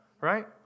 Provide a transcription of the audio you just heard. right